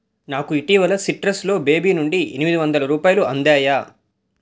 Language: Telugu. నాకు ఇటీవల సిట్రస్లో బేబీ నుండి ఎనిమిది వందల రూపాయలు అందాయా